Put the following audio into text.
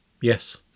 Yes